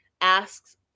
asks